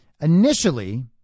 initially